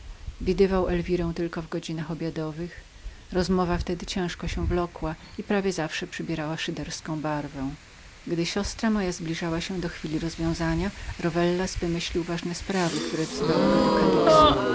jak tylko w godzinach obiadowych rozmowa wtedy ciężko się wlokła i prawie zawsze przybierała szyderczą barwę gdy moja siostra zbliżała się do chwili rozwiązania rowellas wymyślił ważne sprawy które powoływały go do kadyxu